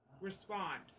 respond